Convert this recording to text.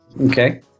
Okay